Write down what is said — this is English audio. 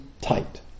tight